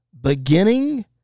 beginning